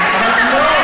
לא,